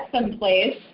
someplace